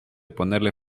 ponerle